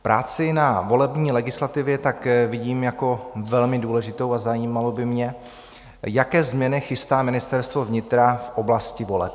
Práci na volební legislativě tak vidím jako velmi důležitou a zajímalo by mě, jaké změny chystá Ministerstvo vnitra v oblasti voleb.